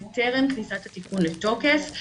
בטרם כניסת התיקון לתוקף,